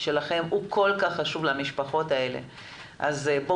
"החשב הכללי גורם